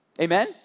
Amen